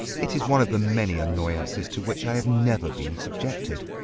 it is one of the many annoyances to which i have never been subjected.